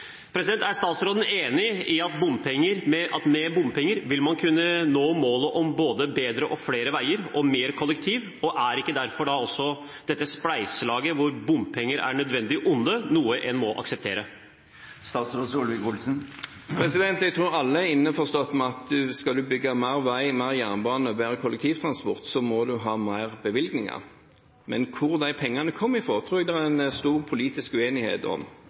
Er statsråden enig i at med bompenger vil man kunne nå målet om både bedre og flere veier og mer kollektivtransport? Og er ikke derfor da dette spleiselaget, hvor bompenger er et nødvendig onde, noe en må akseptere? Jeg tror alle er innforstått med at om man skal bygge mer vei, mer jernbane og bedre kollektivtransport, så må man ha mer bevilgninger. Men hvor de pengene kommer fra, tror jeg det er stor politisk uenighet om